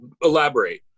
elaborate